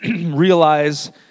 realize